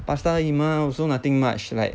pasta 而已 mah also nothing much like